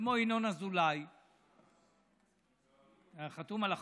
כמו ינון אזולאי, אתה חתום על החוק.